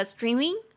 Streaming